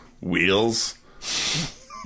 wheels